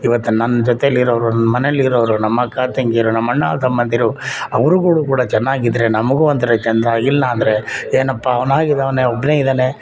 ಈವತ್ತು ನನ್ನ ಜೊತೆಲಿ ಇರೋರು ನನ್ನ ಮನೇಲಿ ಇರೋರು ನಮ್ಮ ಅಕ್ಕ ತಂಗೀರು ನಮ್ಮ ಅಣ್ಣ ತಮ್ಮಂದಿರು ಅವರುಗಳು ಕೂಡ ಚೆನ್ನಾಗಿದ್ರೆ ನಮ್ಗೂ ಒಂಥರ ಚೆಂದ ಇಲ್ಲ ಅಂದ್ರೆ ಏನಪ್ಪ ಅವ್ನಾಗಿದ್ದು ಅವನೇ ಒಬ್ಬನೇ ಇದ್ದಾನೆ